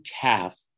calf